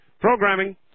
Programming